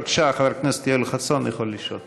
בבקשה, חבר הכנסת יואל חסון יכול לשאול.